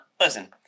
listen